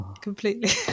Completely